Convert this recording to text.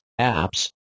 apps